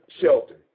shelter